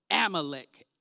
Amalek